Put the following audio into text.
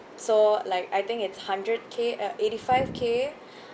so like I think it's hundred K uh eighty five K